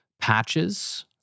patches